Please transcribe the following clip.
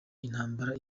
intambara